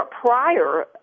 prior